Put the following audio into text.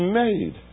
made